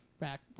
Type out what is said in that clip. Back